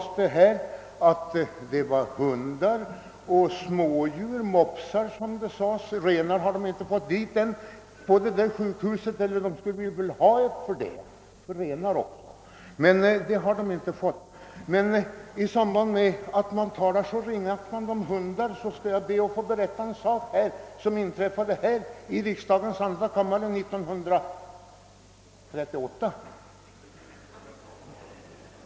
Nu framhölls att det var fråga om hundar och smådjur, såsom mopsar — några renar hade man ännu inte fått till sjukhuset, men man skulle nog vilja ha ett sjukhus för dem också. I samband med att man talar så ringaktande om hundar ber jag att få berätta en sak, som inträffade här i andra kammaren 1938.